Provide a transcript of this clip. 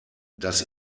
das